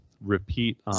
repeat